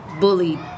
bullied